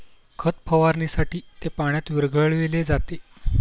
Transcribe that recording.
खत फवारणीसाठी ते पाण्यात विरघळविले जाते